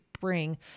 bring